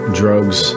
drugs